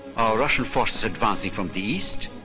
russian forces advancing from the east,